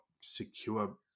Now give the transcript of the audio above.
secure